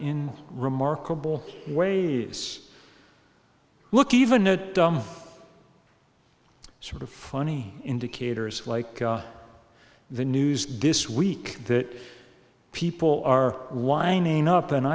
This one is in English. in remarkable ways look even a dumb sort of funny indicators like the news dis week that people are lining up and